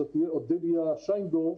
זאת תהיה אודליה שינדורף,